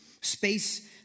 Space